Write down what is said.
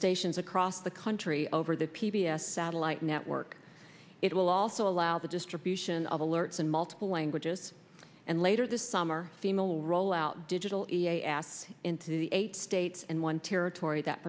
stations across the country over the p b s satellite network it will also allow the distribution of alerts in multiple languages and later this summer female rollout digital e a s into the eight states and one territory that